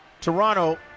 Toronto